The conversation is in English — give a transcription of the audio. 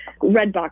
Redbox